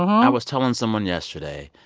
i was telling someone yesterday.